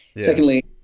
Secondly